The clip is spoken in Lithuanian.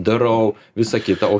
darau visa kita o